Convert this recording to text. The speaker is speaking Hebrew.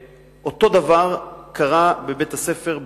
אותו הדבר קרה בבית-הספר בעמנואל.